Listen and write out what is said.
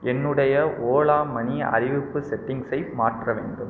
என்னுடைய ஓலா மனி அறிவிப்பு செட்டிங்ஸை மாற்ற வேண்டும்